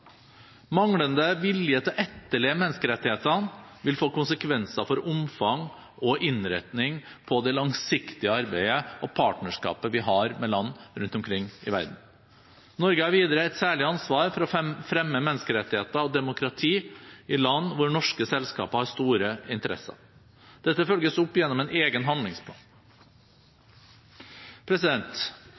Manglende vilje til å etterleve menneskerettighetene vil få konsekvenser for omfang og innretning på det langsiktige arbeidet og partnerskapet vi har med land rundt omkring i verden. Norge har videre et særlig ansvar for å fremme menneskerettigheter og demokrati i land hvor norske selskaper har store interesser. Dette følges opp gjennom en egen handlingsplan.